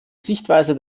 sichtweise